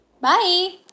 Bye